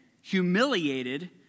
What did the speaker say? humiliated